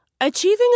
Achieving